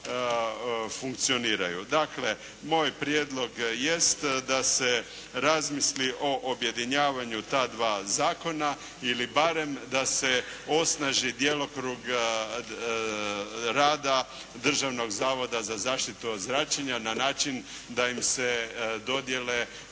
Dakle, moj prijedlog jest da se razmisli o objedinjavanju ta dva zakona ili barem da se osnaži djelokrug rada Državnog zavoda za zaštitu od zračenja na način da im se dodijele